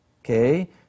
Okay